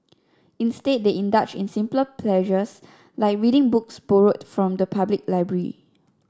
instead they indulge in simple pleasures like reading books borrowed from the public library